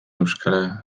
euskarrietan